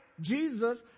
Jesus